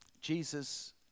Jesus